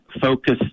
focus